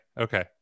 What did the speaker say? Okay